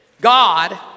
God